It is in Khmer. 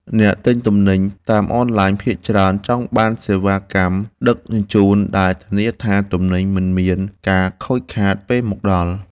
អ្នកទិញទំនិញតាមអនឡាញភាគច្រើនចង់បានសេវាកម្មដឹកជញ្ជូនដែលធានាថាទំនិញមិនមានការខូចខាតពេលមកដល់។